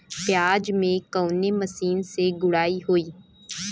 प्याज में कवने मशीन से गुड़ाई होई?